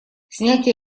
снятие